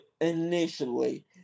initially